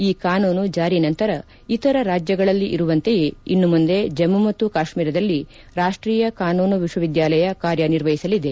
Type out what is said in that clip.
ಈ ಕಾನೂನು ಜಾರಿ ನಂತರ ಇತರ ರಾಜ್ಯಗಳಲ್ಲಿ ಇರುವಂತೆಯೇ ಇನ್ನು ಮುಂದೆ ಜಮ್ಮು ಮತ್ತು ಕಾಶ್ಟೀರದಲ್ಲಿ ರಾಷ್ಟೀಯ ಕಾನೂನು ವಿಶ್ವ ವಿದ್ಯಾಲಯ ಕಾರ್ಯ ನಿರ್ವಹಿಸಲಿದೆ